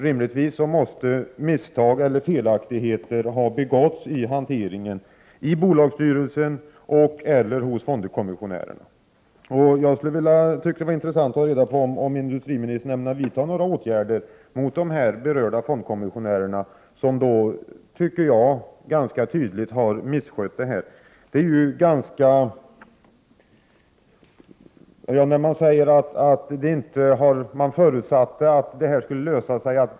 Rimligtvis måste misstag ha begåtts och felaktigheter ha skett i hanteringen i bolagsstyrelsen och/eller hos fondkommissionärerna. Det skulle vara intressant att få reda på om industriministern ämnar vidta några åtgärder mot de berörda fondkommissionärerna som, enligt min mening, ganska tydligt har misskött detta. Man förutsatte att det här skulle lösa sig.